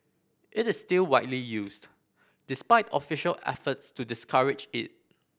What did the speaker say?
it is still widely used despite official efforts to discourage it